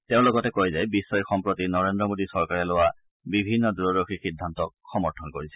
তেওঁ লগতে কয় যে বিশ্বই সম্প্ৰতি নৰেন্দ্ৰ মোদী চৰকাৰে লোৱা বিভিন্ন দূৰদৰ্শী সিদ্ধান্তক সমৰ্থন কৰিছে